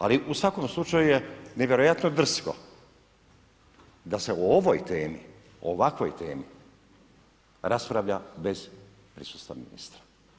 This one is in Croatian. Ali, u svakom slučaju je nevjerojatno drsko da se o ovoj temi, o ovakvoj temi raspravlja bez prisustva ministra.